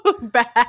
bad